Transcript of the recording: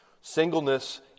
Singleness